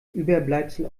überbleibsel